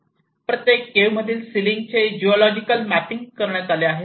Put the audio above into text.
प्रत्येक केव्ह मधील सिलिंग चे जिऑलॉजिकल मॅपिंग करण्यात आले आहे